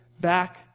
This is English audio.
back